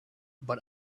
but